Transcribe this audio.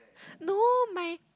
no my